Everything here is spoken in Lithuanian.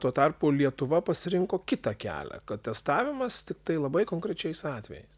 tuo tarpu lietuva pasirinko kitą kelią kad testavimas tiktai labai konkrečiais atvejais